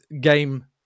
game